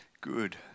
good